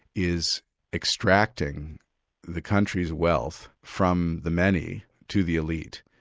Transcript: is extracting the country's wealth from the many to the elite.